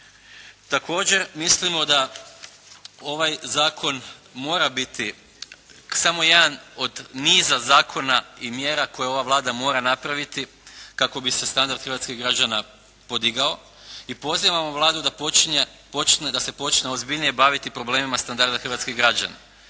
Također, mislimo da ovaj zakon mora biti samo jedan od niza zakona i mjera koje ova Vlada mora napraviti kako bi se standard hrvatskih građana podigao i pozivamo Vladu da se počne ozbiljnije baviti problemima standarda hrvatskih građana.